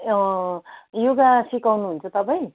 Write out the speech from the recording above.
योगा सिकाउनुहुन्छ तपाईँ